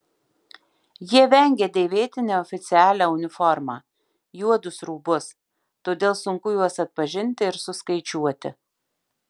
jie vengia dėvėti neoficialią uniformą juodus rūbus todėl sunku juos atpažinti ir suskaičiuoti